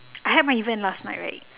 I had my event last night right